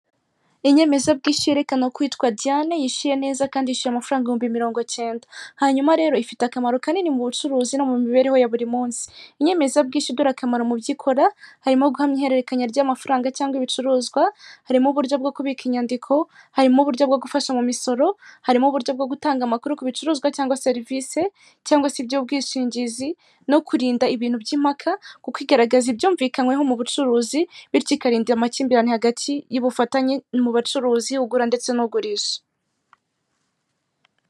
Inyemezabwishyu yerekana ko uwitwa Diane yishyuye neza kandi yishyura amafaranga ibihumbi mirongo cyenda hanyuma rero ifite akamaro kanini mu bucuruzi no mu mibereho ya buri munsi. Inyemezabwishyu dore akamaro mu byo ikora harimo guhamya ihererekanya ry'amafaranga cyangwa ibicuruzwa harimo uburyo bwo kubika inyandiko harimo uburyo bwo gufasha mu misoro harimo uburyo bwo gutanga amakuru ku bicuruzwa cyangwa serivisi cyangwa se iby'ubwishingizi no kurinda ibintu by'impaka kuko igaragaza ibyumvikanyweho mu ubucuruzi bityo ikarinda amakimbirane hagati y'ubufatanye mu bacuruzi ugura ndetse n'ugurisha.